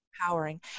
empowering